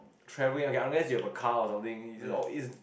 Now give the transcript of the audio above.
travelling okay unless you have a car or something it's all it's